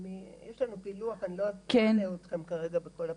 יש לנו פילוח, אני לא אלאה אתכם כרגע בכל הפרטים.